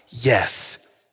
Yes